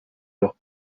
leurs